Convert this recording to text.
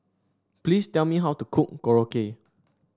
please tell me how to cook Korokke